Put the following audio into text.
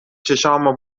چشامو